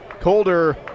Colder